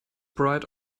bright